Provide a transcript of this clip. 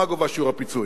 מה גובה שיעור הפיצוי.